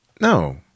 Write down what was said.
No